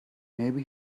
maybe